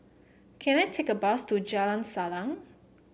can I take a bus to Jalan Salang